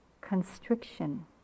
constriction